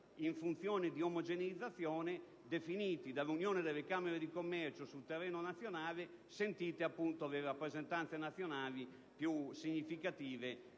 in funzione dell'omogeneizzazione, definiti dall'Unione delle camere di commercio a livello nazionale, sentite le rappresentanze nazionali più significative